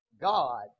God